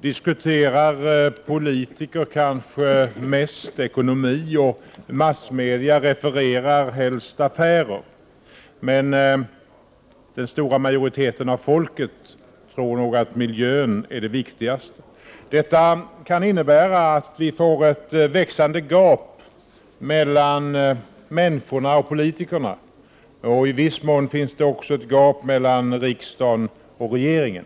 diskuterar politiker kanske mest ekonomi och refererar massmedierna helst affärer. Men den stora majoriteten av folket inser nog att miljön är det viktigaste. Detta kan innebära att vi får ett växande gap mellan människorna och politikerna. I viss mån finns det också ett gap mellan riksdagen och regeringen.